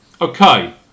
Okay